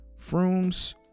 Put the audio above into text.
Frooms